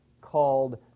called